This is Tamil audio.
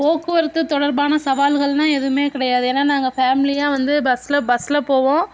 போக்குவரத்து தொடர்பான சவால்கள்னால் எதுவுமே கிடையாது ஏன்னா நாங்கள் ஃபேம்லியாக வந்து பஸ்ல பஸ்ல போவோம்